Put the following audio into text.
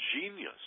genius